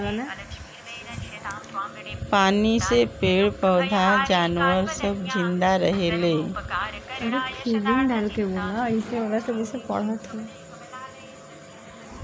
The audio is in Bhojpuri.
पानी से पेड़ पौधा जानवर सब जिन्दा रहेले